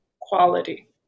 quality